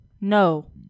no